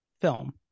film